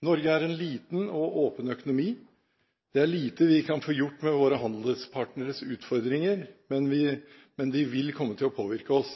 Norge har en liten og åpen økonomi. Det er lite vi kan få gjort med våre handelspartneres utfordringer, men de vil komme til å påvirke oss.